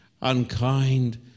unkind